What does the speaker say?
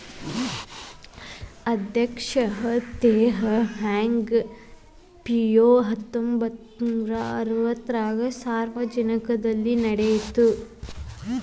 ಅಧ್ಯಕ್ಷ Teh Hong Piow ಹತ್ತೊಂಬತ್ ನೂರಾ ಅರವತ್ತಾರಗ ಸಾರ್ವಜನಿಕ ಬ್ಯಾಂಕ್ ಸ್ಥಾಪಿಸಿದ